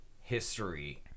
history